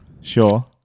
Sure